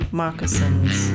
moccasins